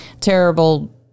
terrible